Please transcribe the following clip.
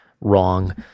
wrong